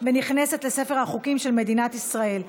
41 בעד, 11 מתנגדים, אין נמנעים.